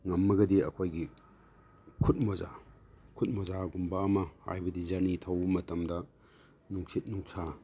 ꯉꯝꯃꯒꯗꯤ ꯑꯩꯈꯣꯏꯒꯤ ꯈꯨꯠ ꯃꯣꯖꯥ ꯈꯨꯠ ꯃꯣꯖꯥꯒꯨꯝꯕ ꯑꯃ ꯍꯥꯏꯕꯗꯤ ꯖꯔꯅꯤ ꯊꯧꯕ ꯃꯇꯝꯗ ꯅꯨꯡꯁꯤꯠ ꯅꯨꯡꯁꯥ